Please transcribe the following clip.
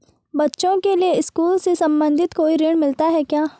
बच्चों के लिए स्कूल से संबंधित कोई ऋण मिलता है क्या?